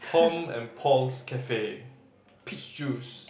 Tom and Paul's cafe peach juice